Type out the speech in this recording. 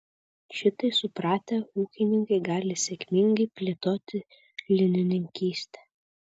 šitai supratę ūkininkai gali sėkmingai plėtoti linininkystę